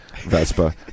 Vespa